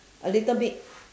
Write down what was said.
a little bit